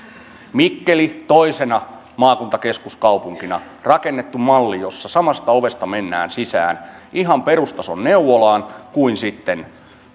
mikkeliin toisena maakuntakeskuskaupunkina on rakennettu malli jossa samasta ovesta mennään sisään ihan perustason neuvolaan kuin sitten